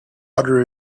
other